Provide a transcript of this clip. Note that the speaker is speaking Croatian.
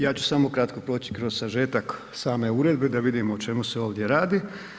Ja ću samo kratko proći kroz sažetak same uredbe da vidimo o čemu se ovdje radi.